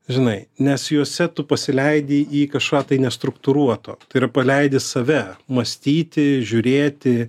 žinai nes juose tu pasileidi į kažką tai nestruktūruoto tai yra paleidi save mąstyti žiūrėti